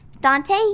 Dante